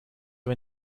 are